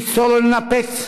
לפסול ולנפץ,